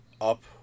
up